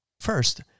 First